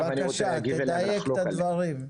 בבקשה, תדייק את הדברים.